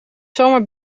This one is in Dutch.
zomaar